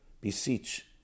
beseech